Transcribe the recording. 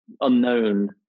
unknown